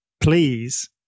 please